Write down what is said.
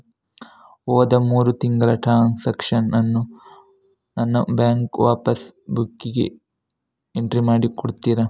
ಹೋದ ಮೂರು ತಿಂಗಳ ಟ್ರಾನ್ಸಾಕ್ಷನನ್ನು ನನ್ನ ಬ್ಯಾಂಕ್ ಪಾಸ್ ಬುಕ್ಕಿಗೆ ಎಂಟ್ರಿ ಮಾಡಿ ಕೊಡುತ್ತೀರಾ?